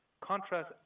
contrast